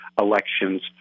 elections